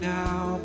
now